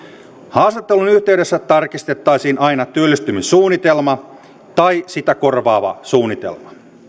haastattelun yhteydessä tarkistettaisiin aina työllistymissuunnitelma tai sitä korvaava suunnitelma